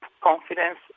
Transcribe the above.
confidence